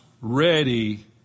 ready